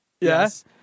Yes